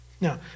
Now